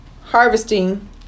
harvesting